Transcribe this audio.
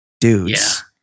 dudes